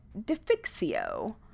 defixio